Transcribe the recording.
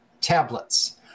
tablets